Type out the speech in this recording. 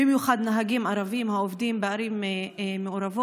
במיוחד נהגים ערבים העובדים בערים מעורבות,